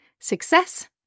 success